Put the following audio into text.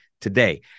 today